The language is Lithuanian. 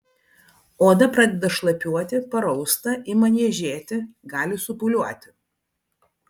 oda pradeda šlapiuoti parausta ima niežėti gali supūliuoti